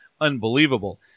unbelievable